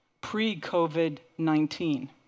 pre-COVID-19